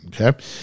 Okay